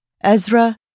Ezra